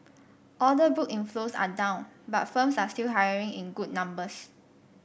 order book inflows are down but firms are still hiring in good numbers